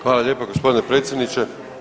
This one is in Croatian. Hvala lijepa gospodine predsjedniče.